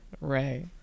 Right